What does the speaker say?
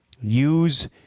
use